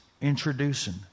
introducing